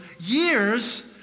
years